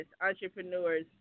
entrepreneurs